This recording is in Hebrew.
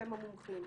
אתם המומחים,